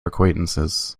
acquaintances